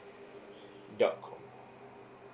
dot com